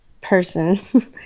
person